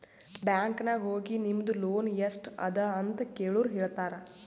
bank ನಾಗ್ ಹೋಗಿ ನಿಮ್ದು ಲೋನ್ ಎಸ್ಟ್ ಅದ ಅಂತ ಕೆಳುರ್ ಹೇಳ್ತಾರಾ